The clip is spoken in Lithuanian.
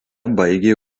baigė